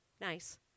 nice